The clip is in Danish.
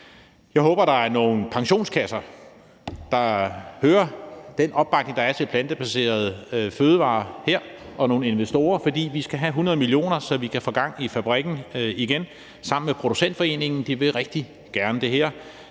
Jeg håber, der er nogle pensionskasser, der hører den opbakning, der er til plantebaserede fødevarer her, og nogle investorer, for vi skal have 100 mio. kr., så vi kan få gang i fabrikken igen sammen med Producentforeningen. De vil rigtig gerne det her,